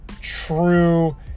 true